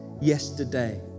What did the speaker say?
yesterday